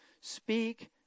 Speak